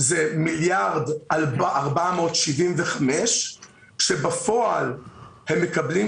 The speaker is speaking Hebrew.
הוא מיליארד ו-475 כאשר בפועל הן מקבלות,